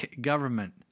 government